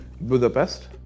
Budapest